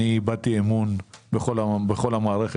אני איבדתי אמון בכל המערכת.